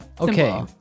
Okay